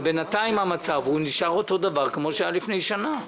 אבל בינתיים המצב נשאר אותו דבר כמו שהוא היה לפני שנה,